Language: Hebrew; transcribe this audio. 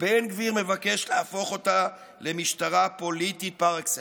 ובן גביר מבקש להפוך אותה למשטרה פוליטית פר אקסלנס,